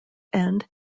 end